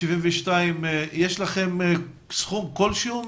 מה-172 מיליון, יש לכם סכום כלשהו?